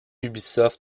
ubisoft